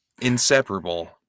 inseparable